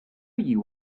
you